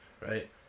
right